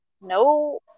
no